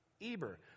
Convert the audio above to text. Eber